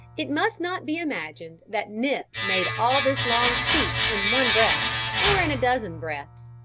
it must not be imagined that nip made all this long speech in one breath, or in a dozen breaths.